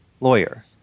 Lawyer